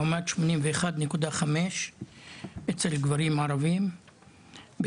לעומת אצל הגברים הערבים שחיים כ-81.5 שנים,